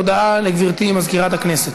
הודעה לגברתי מזכירת הכנסת.